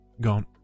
gone